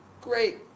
great